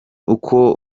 uko